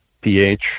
pH